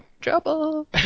trouble